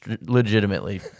legitimately